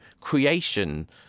creation